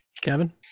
kevin